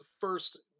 first